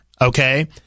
Okay